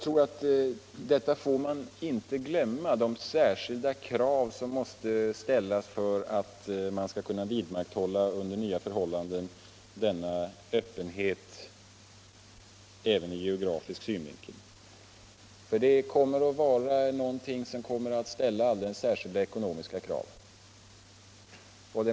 Man får inte glömma de särskilda krav som måste ställas för att kyrkan under nya förhållanden skall kunna vidmakthålla denna öppenhet även i geografisk synvinkel. Det är någonting som kommer att ställa alldeles särskilda ekonomiska krav.